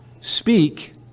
speak